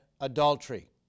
adultery